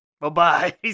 Bye-bye